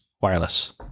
wireless